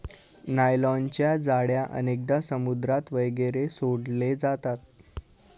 नायलॉनच्या जाळ्या अनेकदा समुद्रात वगैरे सोडले जातात